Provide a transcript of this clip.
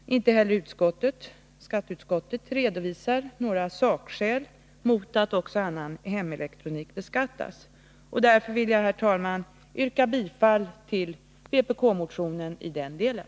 Inte heller skatteutskottet redovisar några sakskäl mot att också annan hemelektronik beskattas. Därför vill jag, herr talman, yrka bifall till vpk-motionen i den delen.